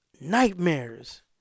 nightmares